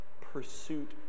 pursuit